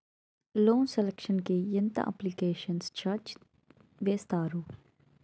Loan sanction కి ఎంత application charge వేస్తారు?